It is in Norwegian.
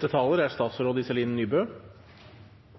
Det er